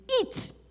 eat